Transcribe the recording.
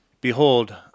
Behold